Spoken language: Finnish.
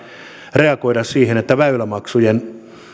reagoida siihen että väylämaksujen